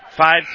five